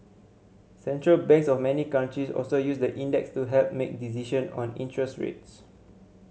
Central Banks of many countries also use the index to help make decision on interest rates